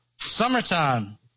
summertime